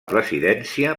presidència